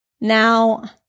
Now